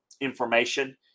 information